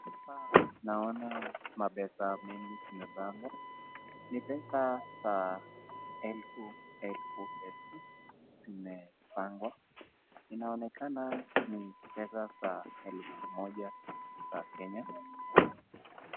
Hapa naona mapesa mengi zimepangwa ni pesa za elfu efu elfu zimepangwa, inaonekana nibpesa za elfu moja za kenya.